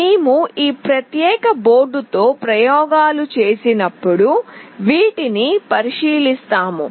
మేము ఈ ప్రత్యేక బోర్డుతో ప్రయోగాలు చేసినప్పుడు వీటిని పరిశీలిస్తాము